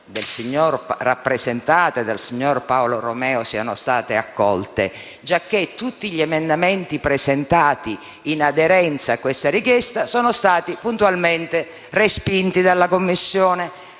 dal signor Paolo Romeo siano state accolte, giacché tutti gli emendamenti presentati in aderenza a queste richieste sono stati puntualmente respinti dalla Commissione,